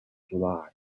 july